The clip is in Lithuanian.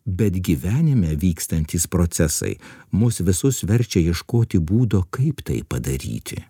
bet gyvenime vykstantys procesai mus visus verčia ieškoti būdo kaip tai padaryti